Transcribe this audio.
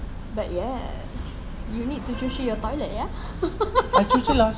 but yes you need to cuci your toilet ya